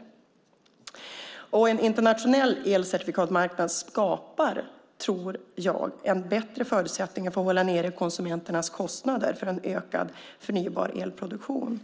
Jag tror att en internationell elcertifikatsmarknad skapar en bättre förutsättning att hålla nere konsumenternas kostnader för en ökad förnybar elproduktion.